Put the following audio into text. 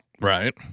Right